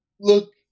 look